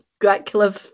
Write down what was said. Dracula